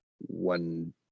One